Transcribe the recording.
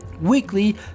Weekly